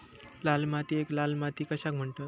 लाल मातीयेक लाल माती कशाक म्हणतत?